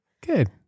Good